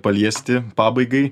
paliesti pabaigai